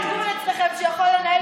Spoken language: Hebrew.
מי ההגון אצלכם שיכול לנהל כאן את המדינה?